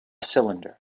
cylinder